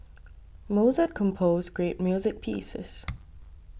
Mozart composed great music pieces